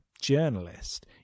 journalist